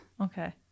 Okay